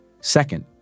Second